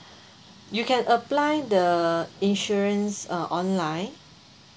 you can apply the insurance uh online